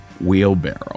wheelbarrow